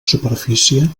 superfície